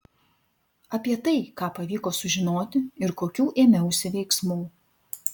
apie tai ką pavyko sužinoti ir kokių ėmiausi veiksmų